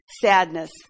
sadness